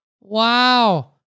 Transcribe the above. wow